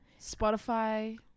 Spotify